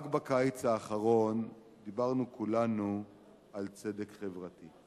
רק בקיץ האחרון דיברנו כולנו על צדק חברתי.